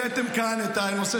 שאלתם כאן --- תגיד,